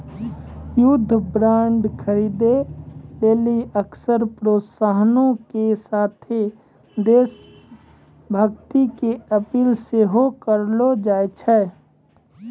युद्ध बांड खरीदे लेली अक्सर प्रोत्साहनो के साथे देश भक्ति के अपील सेहो करलो जाय छै